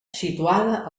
situada